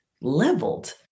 leveled